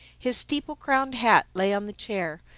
his steeple-crowned hat lay on the chair,